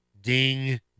ding